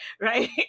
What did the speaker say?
Right